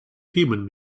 human